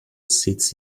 sits